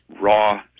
raw